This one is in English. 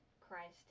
Christ